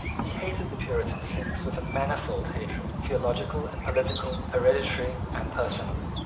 he hated the puritan sects with a manifold hatred, theological and political, hereditary and personal.